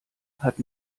hat